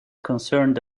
concerned